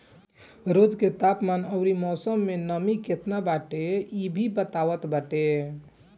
रोज के तापमान अउरी मौसम में नमी केतना बाटे इ भी बतावत बाटे